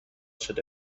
شده